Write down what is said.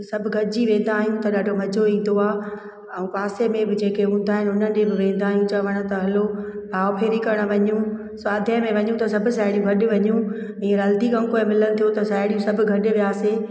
त सभु गॾिजी वेंदा आहियूं त ॾाढो मज़ो ईंदो आहे ऐं पासे में बि जेके हूंदा आइन हुननि ॾिए बि वेंदा आहियूं चवण त हलो आओ फेरी करण वञूं स्वाधय में वञूं त सब साहेड़ियूं गॾु वञूं ईअं हलदी कमु कोई मिलंदो त साहिड़ियूं सभु गॾु वियासीं